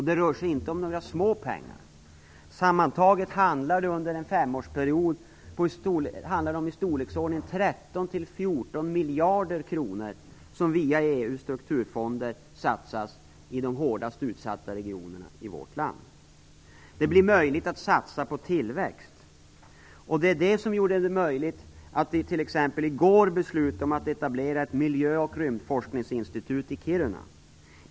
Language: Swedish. Det rör sig inte om några småpengar - sammantaget handlar det om i storleksordningen 13-14 miljarder kronor som via EU:s strukturfonder under en femårsperiod satsas i de hårdast utsatta regionerna i vårt land. Det blir möjligt att satsa på tillväxt, och det är t.ex. det som gjort det möjligt för oss att i går besluta om att etablera ett miljö och rymdforskningsinstitut i Kiruna.